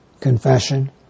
confession